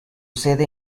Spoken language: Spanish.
sede